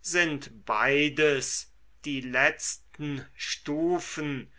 sind beides die letzten stufen